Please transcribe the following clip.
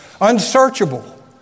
unsearchable